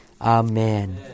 Amen